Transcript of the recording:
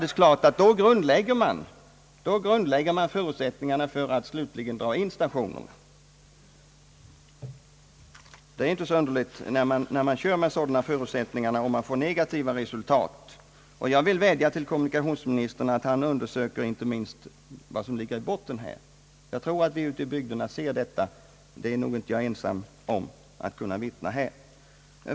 Det är klart att man på det sättet grundlägger förutsättningarna för de slutliga stationsindragningarna och = nedläggningarna. Det är inte så underligt om man får negativa resultat när man kör med sådana förutsättningar. Jag vill vädja till kommunikationsministern att han un dersöker inte minst vad som ligger i botten här, dvs. primärmaterialet. Jag tror att vi ute i bygderna ser detta. Det är jag nog inte ensam om att kunna vittna om.